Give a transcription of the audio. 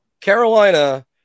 Carolina